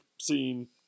Scene